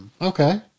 okay